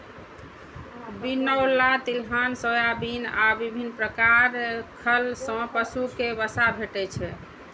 बिनौला, तिलहन, सोयाबिन आ विभिन्न प्रकार खल सं पशु कें वसा भेटै छै